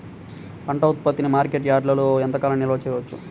పంట ఉత్పత్తిని మార్కెట్ యార్డ్లలో ఎంతకాలం నిల్వ ఉంచవచ్చు?